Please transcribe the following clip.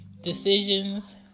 decisions